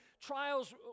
Trials